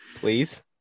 please